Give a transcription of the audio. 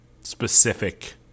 specific